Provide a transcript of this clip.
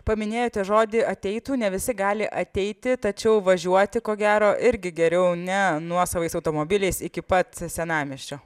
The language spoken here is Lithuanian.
paminėjote žodį ateitų ne visi gali ateiti tačiau važiuoti ko gero irgi geriau ne nuosavais automobiliais iki pat senamiesčio